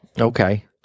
okay